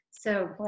So-